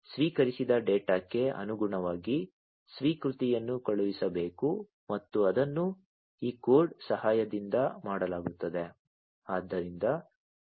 ಈಗ ಸ್ವೀಕರಿಸಿದ ಡೇಟಾಕ್ಕೆ ಅನುಗುಣವಾಗಿ ಸ್ವೀಕೃತಿಯನ್ನು ಕಳುಹಿಸಬೇಕು ಮತ್ತು ಅದನ್ನು ಈ ಕೋಡ್ ಸಹಾಯದಿಂದ ಮಾಡಲಾಗುತ್ತದೆ